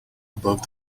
above